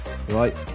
right